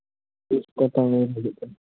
ᱛᱤᱥᱠᱚᱛᱮᱵᱮᱱ ᱦᱤᱡᱩᱜ ᱠᱟᱱᱟ